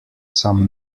some